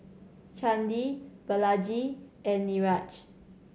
Chandi Balaji and Niraj